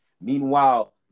Meanwhile